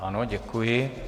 Ano, děkuji.